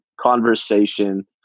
conversation